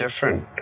different